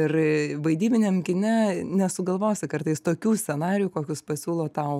ir vaidybiniam kine nesugalvosi kartais tokių scenarijų kokius pasiūlo tau